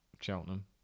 Cheltenham